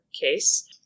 case